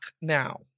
now